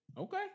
Okay